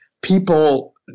people